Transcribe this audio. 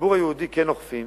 שבציבור היהודי כן אוכפים